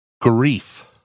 grief